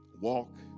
Walk